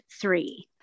three